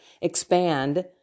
expand